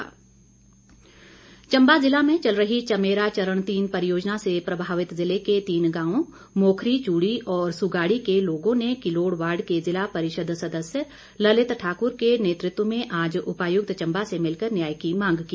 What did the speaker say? ज्ञापन चम्बा जिला में चल रही चमेरा चरण तीन परियोजना से प्रभावित जिले के तीन गांवों मोखरी चूड़ी और सुगाड़ी के लोगों ने किलोड़ वार्ड के जिला परिषद सदस्य ललित ठाकुर के नेतृत्व में आज उपायुक्त चम्बा से मिलकर न्याय की मांग की